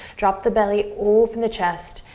drop the belly, open the chest,